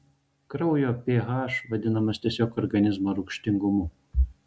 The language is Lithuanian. kraujo ph vadinamas tiesiog organizmo rūgštingumu